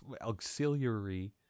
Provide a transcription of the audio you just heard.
auxiliary